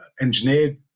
engineered